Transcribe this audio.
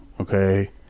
Okay